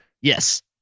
Yes